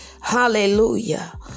Hallelujah